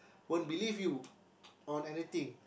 won't believe you on anything